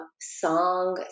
song